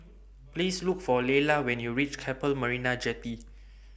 Please Look For Layla when YOU REACH Keppel Marina Jetty